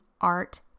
art